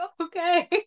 okay